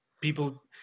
people –